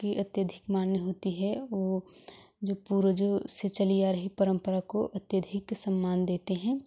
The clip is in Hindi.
के अत्यधिक मान्य होती है वो जो पूर्वजों से चली आ रही परम्परा को अत्यधिक सम्मान देते हैं